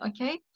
okay